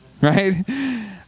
Right